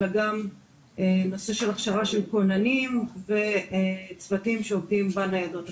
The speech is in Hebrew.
אלא גם נושא של הכשרת כוננים וצוותים שעובדים בניידות עצמן,